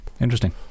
Interesting